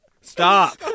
Stop